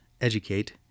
educate